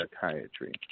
psychiatry